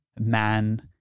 man